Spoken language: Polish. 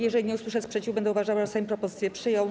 Jeżeli nie usłyszę sprzeciwu, będę uważała, że Sejm propozycję przyjął.